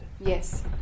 Yes